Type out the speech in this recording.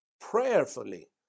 prayerfully